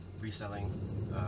reselling